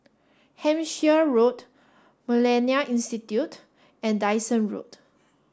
Hampshire Road Millennia Institute and Dyson Road